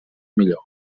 millor